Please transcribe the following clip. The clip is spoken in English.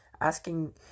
asking